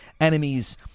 enemies